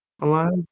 alive